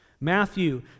Matthew